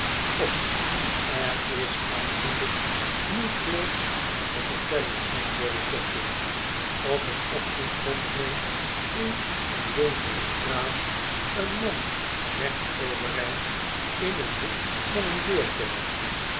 och er is eigenlijk niet veel aan te yertellen antwoordde jobling op een ochtend vond men in een donkere straat een man recht overeind in een hoek van een deurpost